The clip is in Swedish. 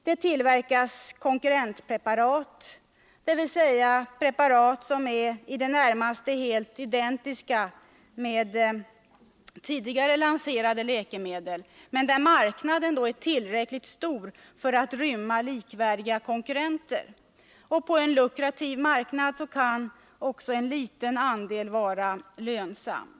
Det tillverkas ”konkurrentpreparat”, dvs. preparat som är i det närmaste helt identiska med tidigare lanserade läkemedel, på grund av att marknaden är tillräckligt stor för att rymma likvärdiga konkurrenter. På en lukrativ marknad kan även en liten andel vara lönsam.